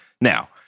Now